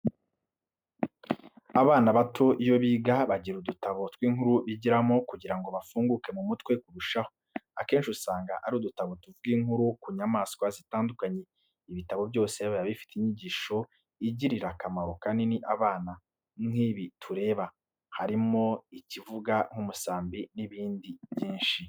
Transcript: Abana bato iyo biga bagira udutabo tw'inkuru bigiramo kugira ngo bafunguke mu mutwe kurushaho, akenshi usanga ari udutabo tuvuga inkuru ku nyamaswa zitandukanye, ibi bitabo byose biba bifite inyigisho igirira akamaro kanini abana, nk'ibi tureba, harimo ikivuga k'umusambi n'ibindi byinshi.